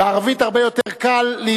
בערבית הרבה יותר קל,